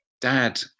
Dad